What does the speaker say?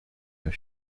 your